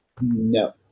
No